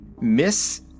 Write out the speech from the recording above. Miss